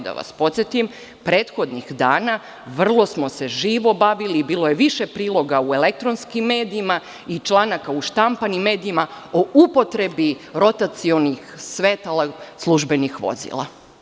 Da vas podsetim, prethodnih dana vrlo smo se živo bavili i bilo je više priloga u elektronskim medijima i članaka u štampanim medijima o upotrebi rotacionih svetala službenih vozila.